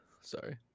sorry